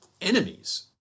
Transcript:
enemies